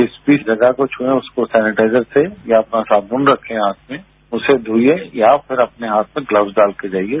जिस भी जगह को छूएं उसको सेनेटाइजर से या अपना साबुन रखें हाथ में उससे धोइये या फिर अपने हाथ में ग्लव्स डाल के जाइये